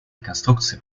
реконструкции